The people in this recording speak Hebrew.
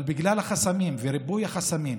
אבל בגלל החסמים וריבוי החסמים,